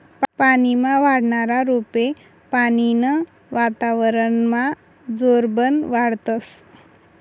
पानीमा वाढनारा रोपे पानीनं वातावरनमा जोरबन वाढतस